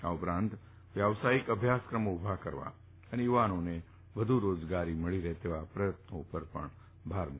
આ ઉપરાંત વ્યાવસાયિક અભ્યાસક્રમો ઉભા કરવા અને યુવાનોને રોજગારી મળી રહે તેવા પ્રયત્નો કરવા જણાવ્યું હતું